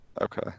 Okay